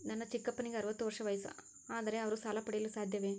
ನನ್ನ ಚಿಕ್ಕಪ್ಪನಿಗೆ ಅರವತ್ತು ವರ್ಷ ವಯಸ್ಸು, ಆದರೆ ಅವರು ಸಾಲ ಪಡೆಯಲು ಸಾಧ್ಯವೇ?